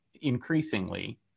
increasingly